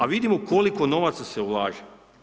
A vidimo koliko novaca se ulaže.